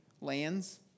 lands